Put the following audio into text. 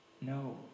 No